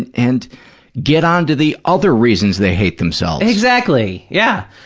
and and get on to the other reasons they hate themselves. exactly, yeah.